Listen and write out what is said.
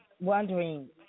wondering